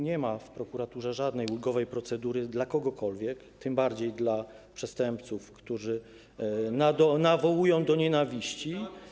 Nie ma w prokuraturze żadnej ulgowej procedury dla kogokolwiek, tym bardziej dla przestępców, którzy nawołują do nienawiści.